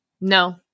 No